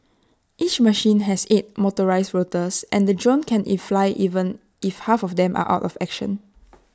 each machine has eight motorised rotors and the drone can IT fly even if half of them are out of action